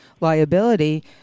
liability